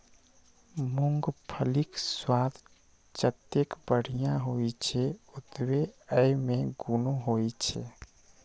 मूंगफलीक स्वाद जतेक बढ़िया होइ छै, ओतबे अय मे गुणो होइ छै